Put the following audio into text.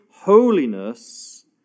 holiness